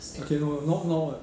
okay no uh not now [what]